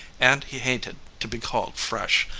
and he hated to be called fresh,